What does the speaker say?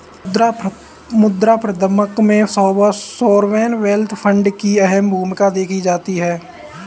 मुद्रा प्रबन्धन में सॉवरेन वेल्थ फंड की अहम भूमिका देखी जाती है